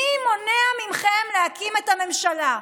מי מונע מכם להקים את הממשלה?